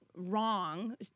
wrong